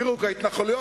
פירוק ההתנחלויות.